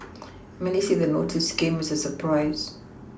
many say the notice came as a surprise